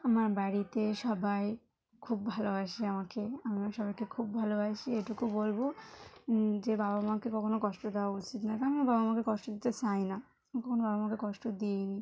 আমার বাড়িতে সবাই খুব ভালোবাসে আমাকে আমিও সবাইকে খুব ভালোবাসিক এটুকু বলব যে বাবা মাকে কখনও কষ্ট দেওয়া উচিত নয় আমিও বাবা মাকে কষ্ট দিতে চাই না কখনও বাবা মাকে কষ্ট দিইনি